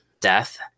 death